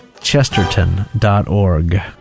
Chesterton.org